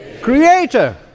Creator